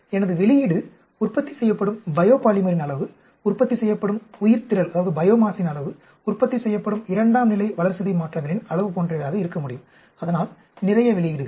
எனது வெளியீடு உற்பத்தி செய்யப்படும் பயோபாலிமரின் அளவு உற்பத்தி செய்யப்படும் உயிர்த்திரளின் அளவு உற்பத்தி செய்யப்படும் இரண்டாம் நிலை வளர்சிதை மாற்றங்களின் அளவு போன்றவையாக இருக்கமுடியும் அதனால் நிறைய வெளியீடுகள்